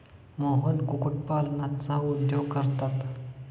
मोहन कुक्कुटपालनाचा उद्योग करतात